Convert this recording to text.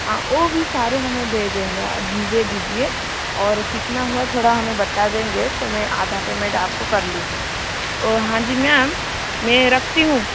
हाँ वह भी सारे हमें दे देंगे आज दे दीजिए और कितना हुआ थोड़ा हमें बता देंगे तो मैं आधा पेमेंट आपको कर लूँगी वह हाँ जी मेम में रखती हूँ